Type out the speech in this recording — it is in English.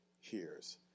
hears